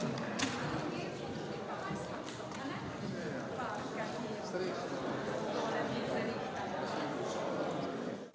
Hvala.